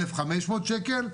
אלף חמש מאות שקל,